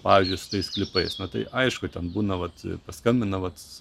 pavyzdžiui su tais sklypais nu tai aišku ten būna vat paskambina vat